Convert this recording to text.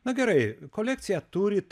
na gerai kolekciją turit